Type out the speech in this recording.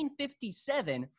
1957